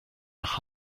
nach